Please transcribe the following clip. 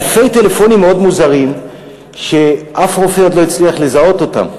אלפי טלפונים מאוד מוזרים שאף רופא עוד לא הצליח לזהות אותם.